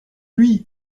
lui